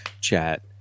chat